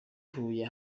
huye